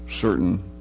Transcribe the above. certain